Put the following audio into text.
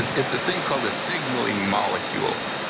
it's a thing called the signaling molecule.